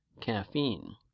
caffeine